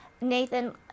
Nathan